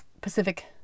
Pacific